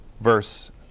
verse